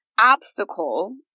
obstacle